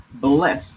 bless